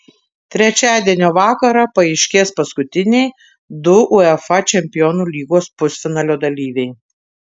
trečiadienio vakarą paaiškės paskutiniai du uefa čempionų lygos pusfinalio dalyviai